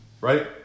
Right